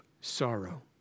sorrow